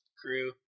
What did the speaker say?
crew